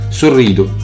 sorrido